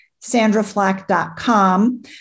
SandraFlack.com